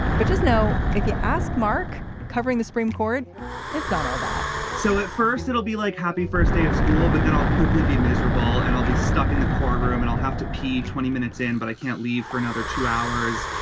but just know if you ask mark covering the supreme court it's not all that so at first it'll be like happy first day of school but then i'll quickly be miserable and i'll be stuck in the courtroom and i'll have to pee twenty minutes in but i can't leave for another two hours.